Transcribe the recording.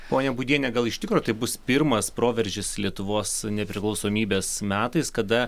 ponia būdiene gal iš tikro tai bus pirmas proveržis lietuvos nepriklausomybės metais kada